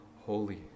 holy